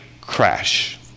crash